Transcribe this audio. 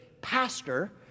pastor